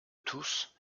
tous